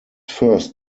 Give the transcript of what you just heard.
first